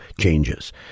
changes